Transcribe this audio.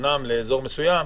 אמנם לאזור מסוים,